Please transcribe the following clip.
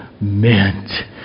meant